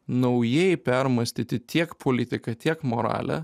naujai permąstyti tiek politiką tiek moralę